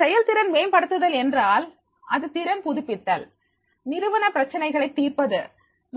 செயல் திறன் மேம்படுத்துதல் என்றால் அது திறன் புதுப்பித்தல் நிறுவன பிரச்சினைகளை தீர்ப்பது